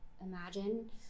imagine